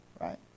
right